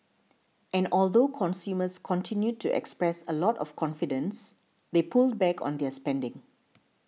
and although consumers continued to express a lot of confidence they pulled back on their spending